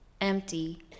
empty